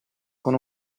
con